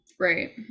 Right